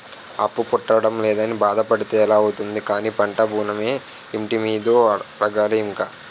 అప్పు పుట్టడం లేదని బాధ పడితే ఎలా అవుతుంది కానీ పంట ఋణమో, ఇంటి మీదో అడగాలి ఇంక